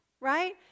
right